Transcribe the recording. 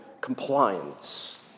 Compliance